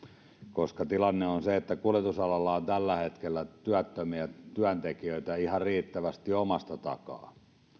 koska tilanne on se että kuljetusalalla on tällä hetkellä työttömiä työntekijöitä ihan riittävästi omasta takaa